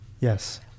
Yes